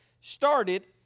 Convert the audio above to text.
started